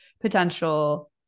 potential